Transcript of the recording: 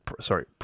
sorry